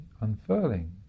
unfurling